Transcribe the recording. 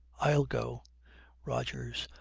i'll go rogers.